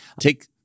Take